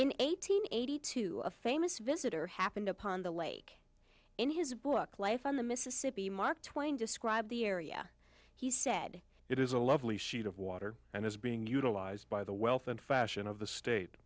in eighteen eighty two a famous visitor happened upon the lake in his book life on the mississippi mark twain described the area he said it is a lovely sheet of water and is being utilized by the wealth and fashion of the state